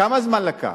כמה זמן לקח?